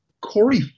Corey